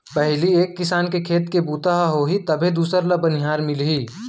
पहिली एक किसान के खेत के बूता ह होही तभे दूसर ल बनिहार मिलही